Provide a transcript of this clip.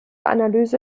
analyse